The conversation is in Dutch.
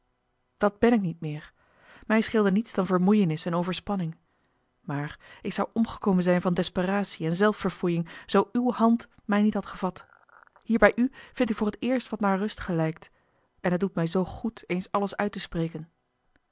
dat ben ik niet meer mij scheelde niets dan vermoeienis en overspanning maar ik zou omgekomen zijn van desperacie en zelfverfoeiing zoo uwe hand mij niet had gevat hier bij u a l g bosboom-toussaint de delftsche wonderdokter eel vind ik voor het eerst wat naar rust gelijkt en het doet mij zoo goed eens alles uit te spreken